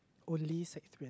only sec-three and